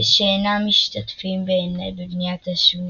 ושאינם משתתפים בבניית השונית.